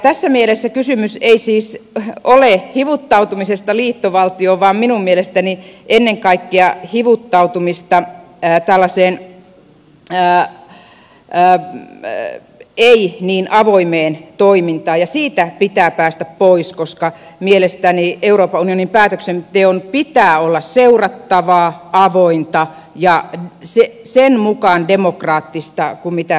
tässä mielessä kysymys ei siis ole hivuttautumisesta liittovaltioon vaan minun mielestäni ennen kaikkea hivuttautumisesta tällaiseen ei niin avoimeen toimintaan ja siitä pitää päästä pois koska mielestäni euroopan unionin päätöksenteon pitää olla seurattavaa avointa ja sen mukaan demokraattista kuin mitä perussopimuksessa sanotaan